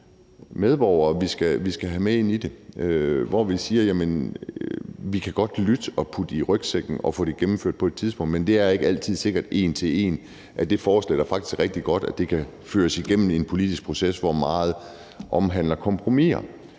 medborgere, vi skal have med ind i det, hvor vi siger, at vi godt kan lytte og putte noget i rygsækken og få det gennemført på et tidspunkt, men det er ikke altid sikkert, at det forslag, der faktisk er rigtig godt, en til en kan føres igennem en politisk proces, hvor meget handler om kompromiser.